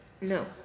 No